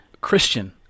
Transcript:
Christian